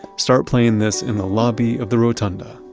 start playing this in the lobby of the rotunda